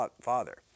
father